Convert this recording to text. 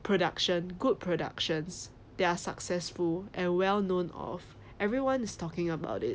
production good productions they are successful and well known of everyone is talking about it